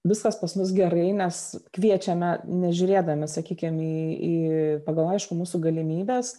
viskas pas mus gerai nes kviečiame nežiūrėdami sakykim į į pagal aišku mūsų galimybes